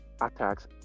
attacks